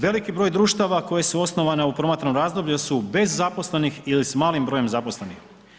Veliki broj društva koje su osnovane u promatranom razdoblju, su bez zaposlenih ili s malim brojem zaposlenih.